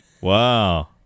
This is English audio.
Wow